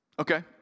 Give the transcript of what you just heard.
Okay